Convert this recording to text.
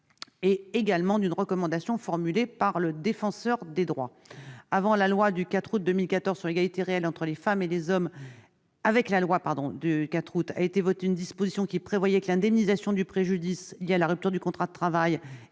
également été formulée par le Défenseur des droits. Dans la loi du 4 août 2014 pour l'égalité réelle entre les femmes et les hommes a été votée une disposition prévoyant que l'indemnisation du préjudice liée à la rupture du contrat de travail